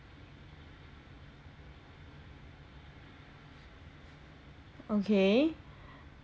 okay